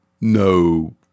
no